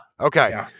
Okay